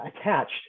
attached